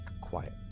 quiet